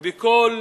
ובכל